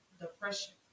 depression